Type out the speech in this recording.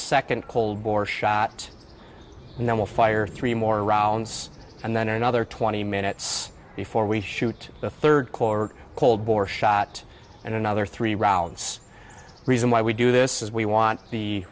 second cold war shot and then we'll fire three more rounds and then another twenty minutes before we shoot the third corps cold war shot and another three rounds reason why we do this is we want the